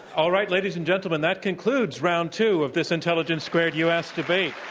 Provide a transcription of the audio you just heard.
all right, ladies and gentlemen, that concludes round two of this intelligence squared u. s. debate.